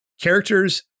characters